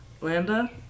Landa